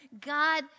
God